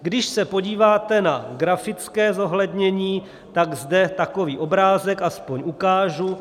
Když se podíváte na grafické zohlednění, tak zde takový obrázek aspoň ukážu.